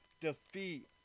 defeat